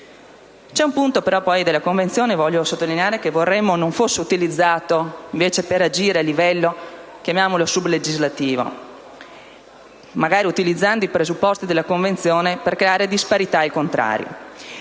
C'è un punto della Convenzione che vorremmo però non fosse utilizzato per agire a livello sublegislativo, usando magari i presupposti della Convenzione per creare disparità al contrario.